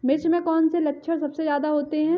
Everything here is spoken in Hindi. मिर्च में कौन से लक्षण सबसे ज्यादा होते हैं?